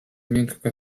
miękka